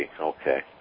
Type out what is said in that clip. okay